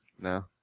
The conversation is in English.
No